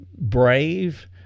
Brave